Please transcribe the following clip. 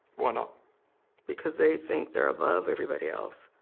why not because they think they're above everybody else.